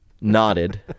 nodded